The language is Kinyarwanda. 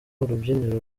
urubyiniro